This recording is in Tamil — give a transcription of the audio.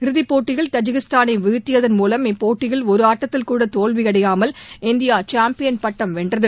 இறுதிப்போட்டியில் தஜகிஸ்தானை வீழ்த்தியதன் மூலம் இப்போட்டியில் ஒரு ஆட்டத்தில்கூட தோல்வியடையாமல் இந்தியா சாம்பியன் பட்டம் வென்றது